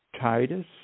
Titus